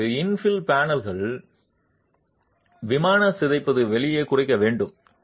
இப்போது இந்த infill பேனல்கள் விமானம் சிதைப்பது வெளியே குறைக்க வேண்டும்